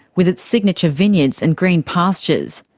with its signature vineyards and green pastures.